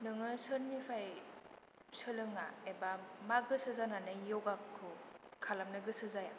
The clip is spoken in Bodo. नोङो सोरनिफ्राय सोलोङा एबा मा गोसो जानानै योगाखौ खालामनो गोसो जाया